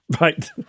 Right